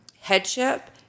headship